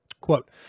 Quote